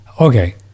okay